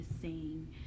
sing